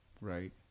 Right